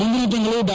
ಮುಂದಿನ ತಿಂಗಳು ಡಾ